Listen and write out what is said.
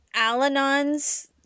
Al-Anon's